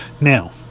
Now